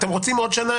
אתם רוצים עוד שנה?